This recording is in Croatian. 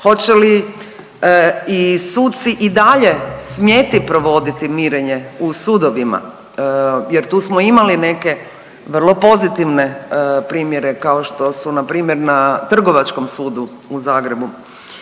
Hoće li i suci i dalje smjeti provoditi mirenje u sudovima jer tu smo imali neke vrlo pozitivne primjere kao što su npr. na Trgovačkom sudu u Zagrebu?